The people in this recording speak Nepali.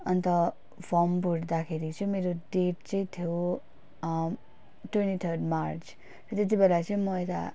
अन्त फर्म भर्दाखेरि चाहिँ मेरो डेट चाहिँ थियो ट्वेन्टी थर्ड मार्च त्यतिबेला चाहिँ म यता